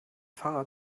fahrrad